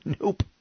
Nope